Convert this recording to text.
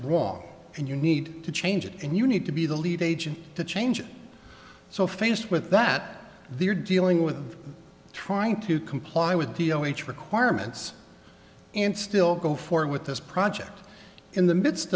wrong and you need to change it and you need to be the lead agent to change it so faced with that they're dealing with trying to comply with the o h requirements and still go forward with this project in the midst